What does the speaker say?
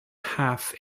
half